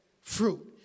fruit